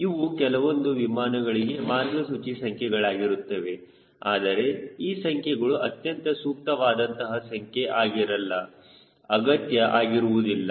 ಇವು ಕೆಲವೊಂದು ವಿಮಾನಗಳಿಗೆ ಮಾರ್ಗಸೂಚಿ ಸಂಖ್ಯೆಗಳಾಗಿರುತ್ತವೆ ಆದರೆ ಈ ಸಂಖ್ಯೆಗಳು ಅತ್ಯಂತ ಸೂಕ್ತವಾದಂತಹ ಸಂಖ್ಯೆ ಆಗಿರಲು ಅಗತ್ಯ ಆಗಿರುವುದಿಲ್ಲ